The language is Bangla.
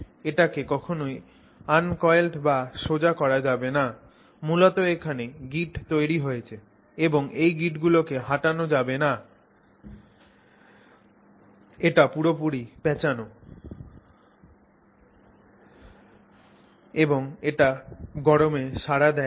এটাকে কখনই আনকয়েল বা সোজা করা যাবে না মূলত এখানে গিঁট তৈরি হয়েছে এবং এই গিঁটগুলোকে হাটানো যাবে না এটা পুরোপুরি প্যাঁচানো আছে এবং এটা গরমে সাড়া দেয় না